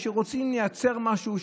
בכך שרוצים לייצר משהו,